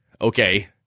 Okay